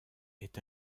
est